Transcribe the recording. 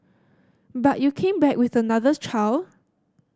but you came back with another child